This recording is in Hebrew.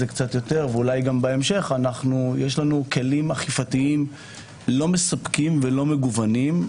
יש לנו כלים אכיפתיים לא מספקים ולא מגוונים.